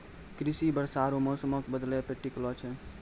कृषि वर्षा आरु मौसमो के बदलै पे टिकलो छै